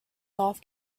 golf